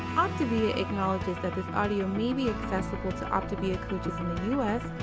optavia acknowledges that this audio may be accessible to optavia coaches in the u s,